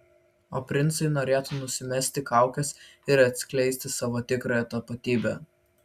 o princai norėtų nusimesti kaukes ir atskleisti savo tikrąją tapatybę